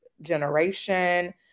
generation